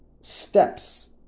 steps